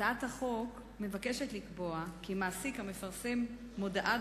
בהצעת החוק מוצע לקבוע כי מעסיק המפרסם מודעת